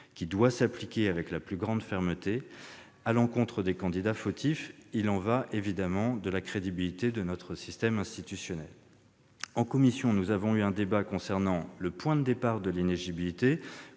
qui doit s'appliquer avec la plus grande fermeté à l'encontre des candidats fautifs. Il y va de la crédibilité de notre système institutionnel. En commission, nous avons eu un débat concernant le « point de départ » de l'inéligibilité.